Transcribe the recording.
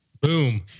Boom